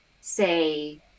say